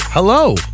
Hello